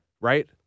Right